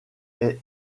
est